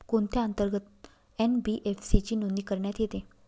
कोणत्या अंतर्गत एन.बी.एफ.सी ची नोंदणी करण्यात येते?